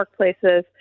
workplaces